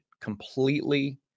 completely